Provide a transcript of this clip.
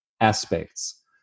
aspects